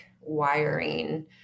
wiring